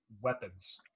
weapons